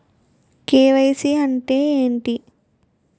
KYC అంటే ఏంటి?